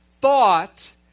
thought